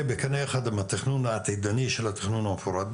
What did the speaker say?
בקנה אחד עם התכנון העתידני של התכנון המפורט,